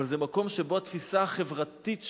אבל זה מקום שבו התפיסה החברתית שלנו,